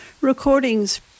recordings